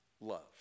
love